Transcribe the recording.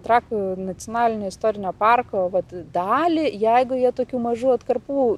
trakų nacionalinio istorinio parko vat dalį jeigu jie tokių mažų atkarpų